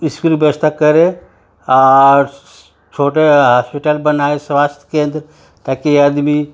school व्यवस्था करे और छोटे हास्पिटल बनाए स्वास्थ्य केंद्र ताकि आदमी